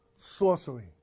Sorcery